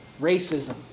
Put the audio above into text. racism